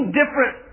different